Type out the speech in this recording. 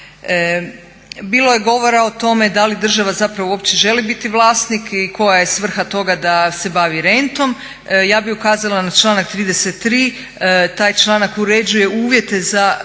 Bilo je govora o tome da li država zapravo uopće želi biti vlasnik i koja je svrha toga da se bavi rentom. Ja bi ukazala na članak 33.taj članak uređuje uvjete za